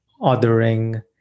othering